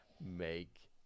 make